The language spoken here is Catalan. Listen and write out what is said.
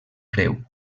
creu